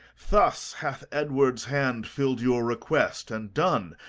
thus hath edward's hand filled your request, and done,